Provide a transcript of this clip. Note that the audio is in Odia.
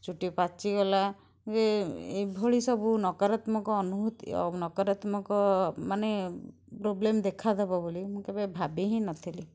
ଚୁଟି ପାଚିଗଲା ଏ ଏଭଳି ସବୁ ନକରାତ୍ମକ ଅନୁଭୂତି ଓ ନକରାତ୍ମକ ମାନେ ପ୍ରୋବ୍ଲେମ୍ ଦେଖାଦେବ ବୋଲି ମୁଁ କେବେ ଭାବି ହିଁ ନଥିଲି